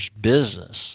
business